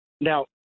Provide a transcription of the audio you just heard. Now